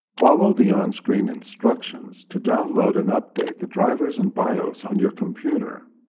follow the on-screen instructions to download and update the drivers and bios on your computer.